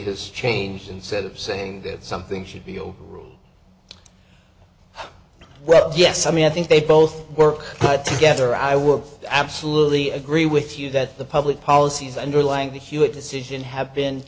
has changed instead of saying that something should be you well yes i mean i think they both work together i would absolutely agree with you that the public policy is underlying the hewitt decision have been